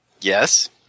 Yes